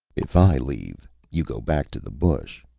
if i leave, you go back to the bush.